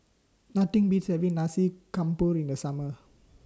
Nothing Beats having Nasi Campur in The Summer